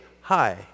hi